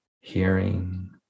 hearing